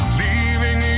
leaving